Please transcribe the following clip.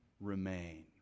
remain